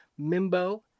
Mimbo